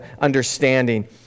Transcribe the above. understanding